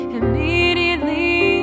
immediately